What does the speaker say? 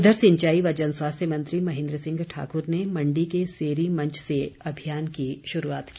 उधर सिंचाई व जन स्वास्थ्य मंत्री महेन्द्र सिंह ठाकुर ने मण्डी के सेरी मंच से अभियान की शुरूआत की